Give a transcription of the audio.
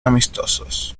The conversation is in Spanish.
amistosos